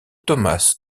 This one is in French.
thomas